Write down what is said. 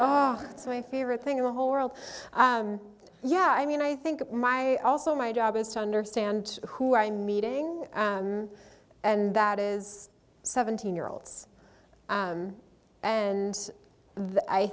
so my favorite thing in the whole world yeah i mean i think my also my job is to understand who i meeting and that is seventeen year olds and